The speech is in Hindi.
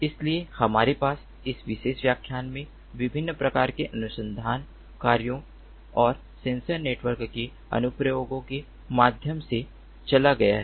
इसलिए हमारे पास इस विशेष व्याख्यान में विभिन्न प्रकार के अनुसंधान कार्यों और सेंसर नेटवर्क के अनुप्रयोगों के माध्यम से चला गया है